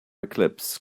eclipse